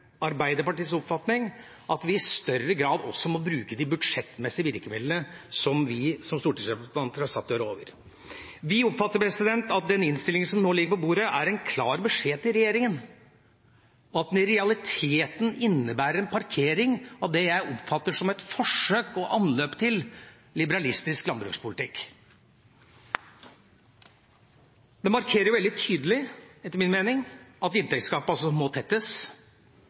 Arbeiderpartiets oppfatning at vi i større grad også må bruke de budsjettmessige virkemidlene som vi som stortingsrepresentanter er satt til å rå over. Vi oppfatter at den innstillingen som nå ligger på bordet, er en klar beskjed til regjeringen, og at den i realiteten innebærer en parkering av det jeg oppfatter som et forsøk på og anløp til liberalistisk landbrukspolitikk. Denne innstillingen markerer veldig tydelig, etter min mening, at inntektsgapet må tettes.